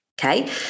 Okay